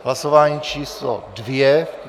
Hlasování číslo 2.